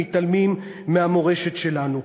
ומתעלמים מהמורשת שלנו?